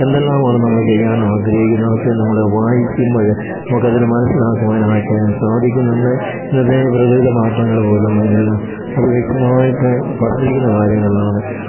എന്തെല്ലാമാണ് നമ്മൾ ചെയ്യാൻ ആഗ്രഹിക്കുന്നത് അതൊക്കെ നമ്മൾ വായിക്കുമ്പോൾ നമുക്ക് അതിന് മനസിലാക്കുവാനായിട്ട് സാധിക്കുന്നുണ്ട് ഇന്ന് ഈ പ്രകൃതിയുടെ മാറ്റങ്ങൾ പോലും ബൈബിളിൽ അത് വ്യക്തമായിട്ട് പറഞ്ഞിരിക്കുന്ന കാര്യങ്ങളാണ്